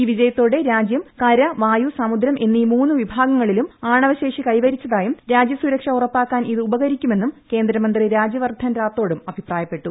ഈ വിജയത്തോടെ രാജ്യം കര വായു സമുദ്രം എന്നീ മൂന്നു വിഭാഗങ്ങളിലും ആണവശേഷി കൈവരിച്ചതായും രാജ്യ സുരക്ഷ ഉറപ്പാക്കാൻ ഇത് ഉപകരിക്കുമെന്നും കേന്ദ്രമന്ത്രി രാജൃവർധൻ റാത്തോഡും അഭിപ്രായപ്പെട്ടു